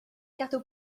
gadw